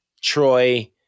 Troy